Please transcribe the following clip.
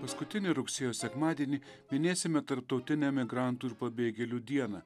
paskutinį rugsėjo sekmadienį minėsime tarptautinę migrantų ir pabėgėlių dieną